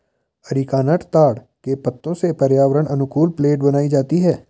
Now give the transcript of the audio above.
areca nut ताड़ के पत्तों से पर्यावरण अनुकूल प्लेट बनाई जाती है